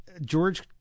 George